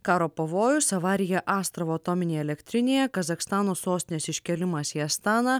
karo pavojus avarija astravo atominėje elektrinėje kazachstano sostinės iškėlimas į astaną